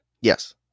yes